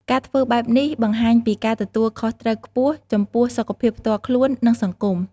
ការធ្វើបែបនេះ បង្ហាញពីការទទួលខុសត្រូវខ្ពស់ចំពោះសុខភាពផ្ទាល់ខ្លួន និងសង្គម។